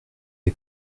est